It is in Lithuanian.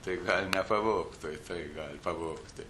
tai gal nepavogtų ir tai gali pavogti